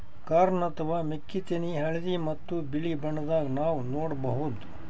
corn ಅಥವಾ ಮೆಕ್ಕಿತೆನಿ ಹಳ್ದಿ ಮತ್ತ್ ಬಿಳಿ ಬಣ್ಣದಾಗ್ ನಾವ್ ನೋಡಬಹುದ್